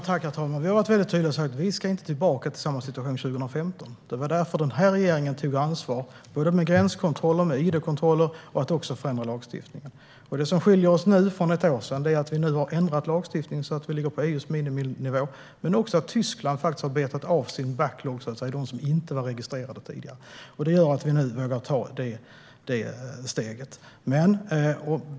Herr talman! Vi har tydligt sagt att Sverige inte ska tillbaka till samma situation som 2015. Det var därför denna regering tog ansvar genom gränskontroller, id-kontroller och förändrad lagstiftning. Det som skiljer läget nu från för ett år sedan är att vi har ändrat lagstiftningen så att Sverige ligger på EU:s miniminivå men också att Tyskland har betat av sin backlog, alltså de som inte var registrerade tidigare. Det gör att vi nu vågar ta detta steg.